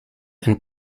and